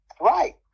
Right